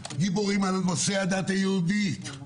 גיבורים על נושא הדת היהודית.